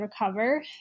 recover